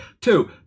Two